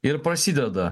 ir prasideda